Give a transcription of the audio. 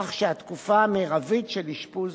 כך שהתקופה המרבית של אשפוז